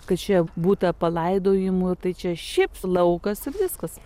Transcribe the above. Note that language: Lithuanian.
kad čia būta palaidojimų tai čia šiaip laukas ir viskas